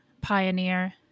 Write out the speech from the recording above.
pioneer